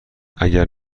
اگر